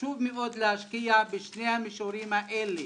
חשוב מאוד להשקיע בשני המישורים האלה